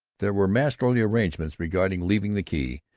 there were masterly arrangements regarding leaving the key,